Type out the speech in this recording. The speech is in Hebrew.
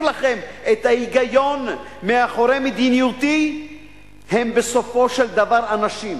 לכם את ההיגיון מאחורי מדיניותי הם בסופו של דבר אנשים,